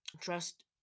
trust